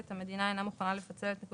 נכון.